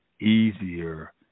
easier